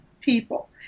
people